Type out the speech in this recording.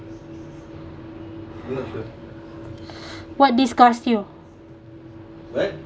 what disgust you